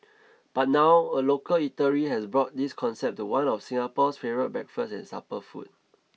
but now a local eatery has brought this concept to one of Singapore's favourite breakfast and supper food